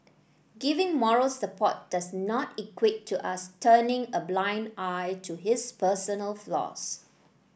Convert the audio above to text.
giving moral support does not equate to us turning a blind eye to his personal flaws